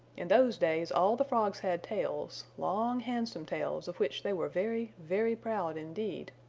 in those days all the frogs had tails, long handsome tails of which they were very, very proud indeed,